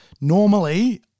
normally